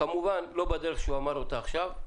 כמובן לא בדרך שהוא אמר אותה עכשיו,